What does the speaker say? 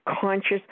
conscious